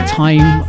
time